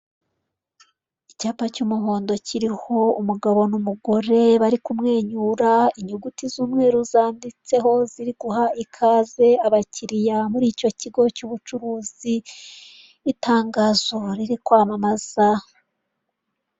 Icyapa cy'umuhondo kiriho umugabo n'umugore, bari kumwenyura inyuguti z'umweru zanditseho ziri guha ikaze abakiliya muri icyo kigo cy'ubucuruzi, itangazo riri kwamamaza.